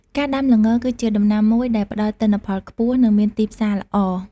ការដាំល្ងគឺជាដំណាំមួយដែលផ្តល់ទិន្នផលខ្ពស់ និងមានទីផ្សារល្អ។